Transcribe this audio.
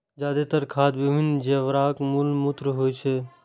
जादेतर खाद विभिन्न जानवरक मल मूत्र होइ छै